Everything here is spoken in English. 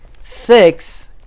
six